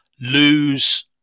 lose